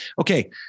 Okay